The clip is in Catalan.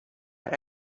per